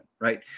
Right